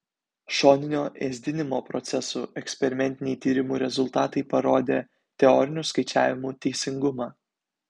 šoninio ėsdinimo procesų eksperimentiniai tyrimų rezultatai parodė teorinių skaičiavimų teisingumą